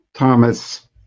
Thomas